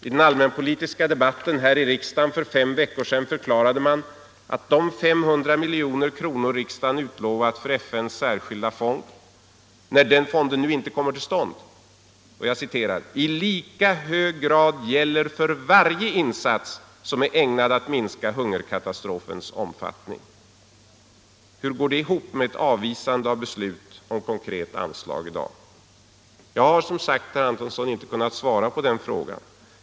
I den allmänpolitiska debatten i riksdagen för fem veckor sedan förklarade man att de 500 miljoner kronor som riksdagen utlovat för FN:s särskilda fond —- när den fonden nu inte kommer till stånd — ”i lika hög grad gäller för varje insats som är ägnad att minska hungerkatastrofens omfattning”. Hur går det ihop med ett avvisande av beslut i dag om konkret anslag? Jag har, herr Antonsson, som sagt inte kunnat svara på den frågan.